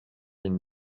been